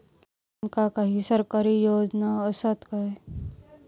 आमका काही सरकारी योजना आसत काय?